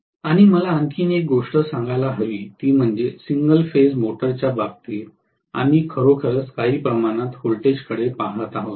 आणि मला आणखी एक गोष्ट सांगायला हवी ती म्हणजे सिंगल फेज मोटारच्या बाबतीत आम्ही खरोखर काही प्रमाणात व्होल्टेजकडे पहात आहोत